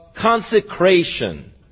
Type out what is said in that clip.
consecration